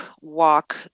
walk